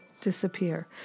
disappear